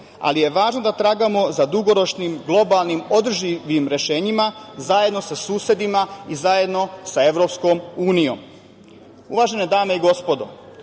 ali je važno da tragamo za dugoročnim globalnim održivim rešenjima, zajedno sa susedima i zajedno sa EU.Uvažene dame i gospodo,